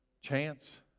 chance